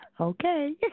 Okay